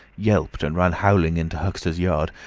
yelped and ran howling into huxter's yard,